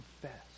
confess